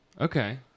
Okay